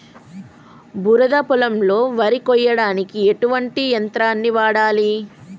బురద పొలంలో వరి కొయ్యడానికి ఎటువంటి యంత్రాన్ని వాడాలి?